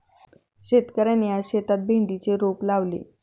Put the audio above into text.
शेतकऱ्याने आज शेतात भेंडीचे रोप लावले